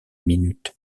minutes